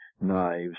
knives